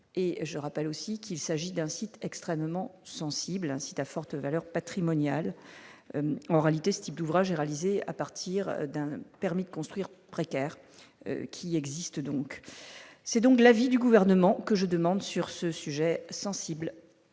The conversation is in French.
je rappelle aussi qu'il s'agit d'un site extrêmement sensible incite à forte valeur patrimoniale, en réalité, ce type d'ouvrage, réalisé à partir d'un permis de construire précaire qui existe donc c'est donc de l'avis du gouvernement que je demande, sur ce sujet sensible.